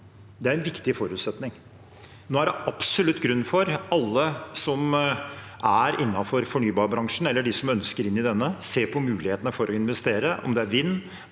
Det er en viktig forutsetning. Nå er det absolutt grunn til for alle som er i fornybarbransjen, eller de som ønsker seg inn i denne, å se på mulighetene for å investere. Om det er vind,